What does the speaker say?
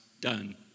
done